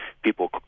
People